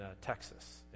Texas